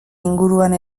inguruan